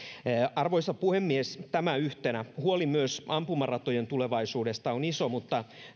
arvoisa puhemies tämä yhtenä huoli myös ampumaratojen tulevaisuudesta on iso mutta